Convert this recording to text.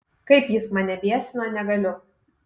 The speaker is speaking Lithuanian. kaip jis mane biesina negaliu